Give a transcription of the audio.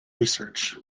research